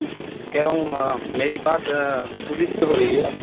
کہہ رہا ہوں میری بات پولس سے ہو رہی ہے